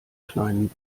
kleinen